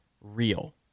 real